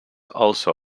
also